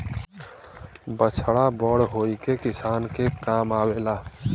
बछड़ा बड़ होई के किसान के काम आवेला